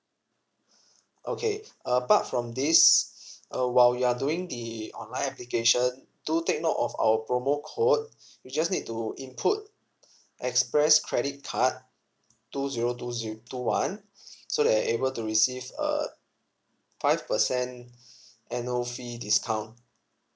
okay apart from this uh while you are doing the online application do take note of our promo code you just need to input express credit card two zero two one so that you're able to receive a five percent annual fee discount